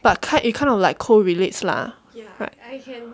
but kin~ it kind of like correlates lah